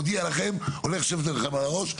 מודיע לכם, הולך לשבת לכן על הראש.